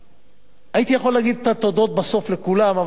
הייתי יכול להגיד את התודות בסוף לכולם,